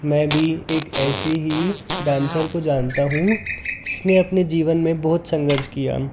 मैं भी एक ऐसे ही डांसर को जानता हूँ जिसने अपने जीवन में बहुत संघर्ष किया